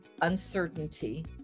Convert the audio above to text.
uncertainty